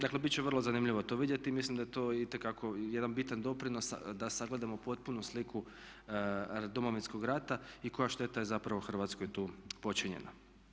Dakle biti će vrlo zanimljivo to vidjeti i mislim da je to itekako jedan bitan doprinos da sagledamo potpunu sliku Domovinskog rata i koja šteta je zapravo Hrvatskoj tu počinjena.